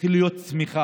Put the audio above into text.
התחילה להיות צמיחה.